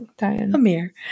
Amir